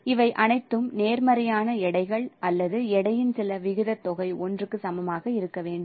எனவே இவை அனைத்தும் நேர்மறையான எடைகள் அல்லது எடையின் சில விகிதத் தொகை 1 க்கு சமமாக இருக்க வேண்டும்